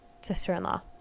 sister-in-law